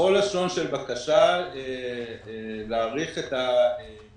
בכל לשון של בקשה להאריך את המועד